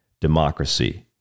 democracy